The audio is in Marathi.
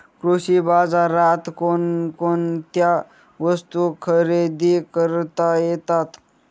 कृषी बाजारात कोणकोणत्या वस्तू खरेदी करता येतात